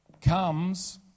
comes